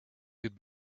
could